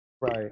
Right